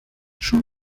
schon